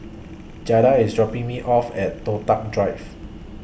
Jada IS dropping Me off At Toh Tuck Drive